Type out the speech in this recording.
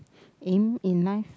aim in life